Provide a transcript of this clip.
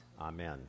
Amen